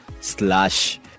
slash